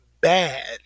bad